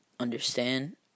understand